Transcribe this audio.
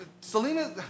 Selena